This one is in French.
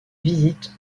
visites